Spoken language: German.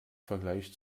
vergleich